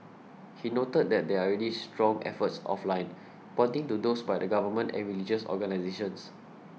he noted that there are already strong efforts offline pointing to those by the Government and religious organisations